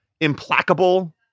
implacable